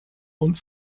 und